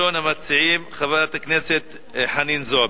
הצעות לסדר-היום שמספריהן 5271, 5290, 5297,